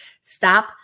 Stop